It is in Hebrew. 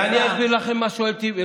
אני אסביר לכם משהו על טיבי.